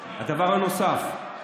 הדבר הנוסף,